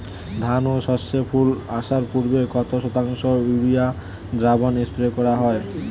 ধান ও সর্ষে ফুল আসার পূর্বে কত শতাংশ ইউরিয়া দ্রবণ স্প্রে করা হয়?